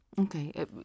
Okay